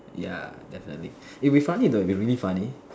ya definitely it will be funny though it will be really funny